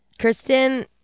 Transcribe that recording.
Kristen